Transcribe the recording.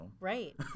Right